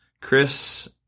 Chris